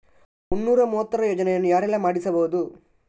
ಮುನ್ನೂರ ಮೂವತ್ತರ ಯೋಜನೆಯನ್ನು ಯಾರೆಲ್ಲ ಮಾಡಿಸಬಹುದು?